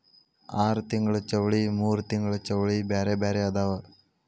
ಆರತಿಂಗ್ಳ ಚೌಳಿ ಮೂರತಿಂಗ್ಳ ಚೌಳಿ ಬ್ಯಾರೆ ಬ್ಯಾರೆ ಅದಾವ